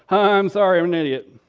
i'm sorry. i'm an idiot.